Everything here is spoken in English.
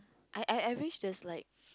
I I I wish there's like